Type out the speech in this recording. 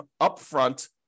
upfront